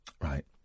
Right